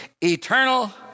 eternal